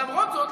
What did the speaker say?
למרות זאת,